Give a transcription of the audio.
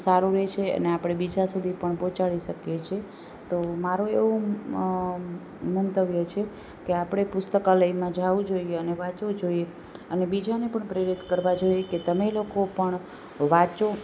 સારું રહે છે અને આપણે બીજા સુધી પણ પહોંચાડી શકીએ છે તો મારું એવું મંતવ્ય છે કે આપણે પુસ્તકાલયમાં જાવું જોઈએ અને વાંચવું જોઈએ અને બીજાને પણ પ્રેરિત કરવા જોઈએ કે તમે લોકો પણ વાંચો